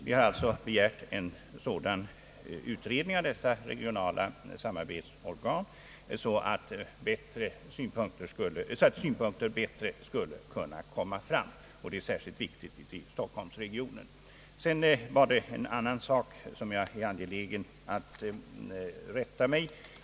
Vi har alltså begärt en sådan utredning om regionala samarbetsorgan för att synpunkter om vägplanering bättre skall kunna komma fram, vilket är särskilt viktigt för stockholmsregionen. I ett annat avseende är jag angelägen att rätta mig.